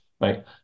Right